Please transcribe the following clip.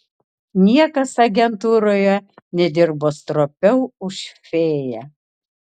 niekas agentūroje nedirbo stropiau už fėją